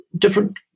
different